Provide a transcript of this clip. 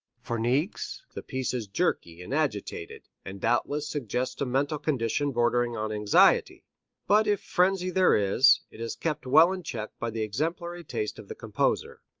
for niecks the piece is jerky and agitated, and doubtless suggests a mental condition bordering on anxiety but if frenzy there is, it is kept well in check by the exemplary taste of the composer.